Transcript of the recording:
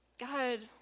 God